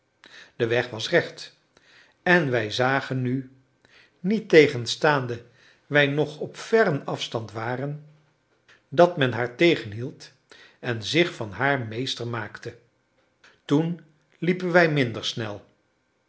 de weg was recht en wij zagen nu niettegenstaande wij nog op verren afstand waren dat men haar tegenhield en zich van haar meester maakte toen liepen wij minder snel